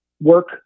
work